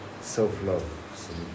self-love